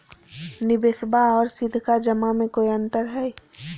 निबेसबा आर सीधका जमा मे कोइ अंतर हय?